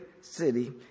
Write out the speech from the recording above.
city